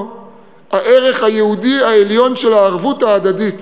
הערך היהודי העליון של הערבות ההדדית,